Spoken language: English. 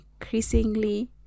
increasingly